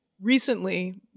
Recently